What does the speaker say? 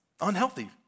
unhealthy